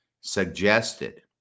suggested